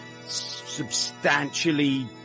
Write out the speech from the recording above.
substantially